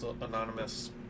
Anonymous